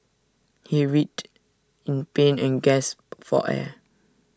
he writhed in pain and gasped for air